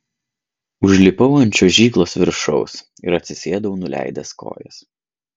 užlipau ant čiuožyklos viršaus ir atsisėdau nuleidęs kojas